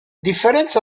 differenza